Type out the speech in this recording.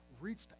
reached